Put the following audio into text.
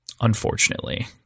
unfortunately